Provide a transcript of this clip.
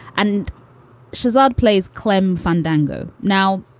and shazad plays klemm fandango. now,